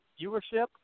viewership